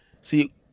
see